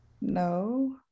No